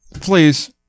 Please